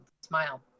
smile